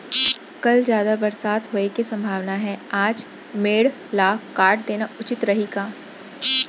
कल जादा बरसात होये के सम्भावना हे, आज मेड़ ल काट देना उचित रही का?